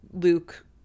luke